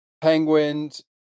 penguins